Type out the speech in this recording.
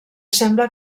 sembla